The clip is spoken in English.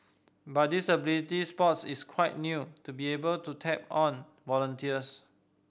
but disability sports is quite new to be able to tap on volunteers